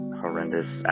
horrendous